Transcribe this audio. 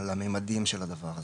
בתור אנשי מקצוע שמטפלים בקהילה הזאת,